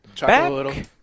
Back